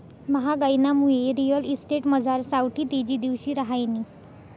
म्हागाईनामुये रिअल इस्टेटमझार सावठी तेजी दिवशी रहायनी